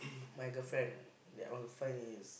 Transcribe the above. my girlfriend that I want to find is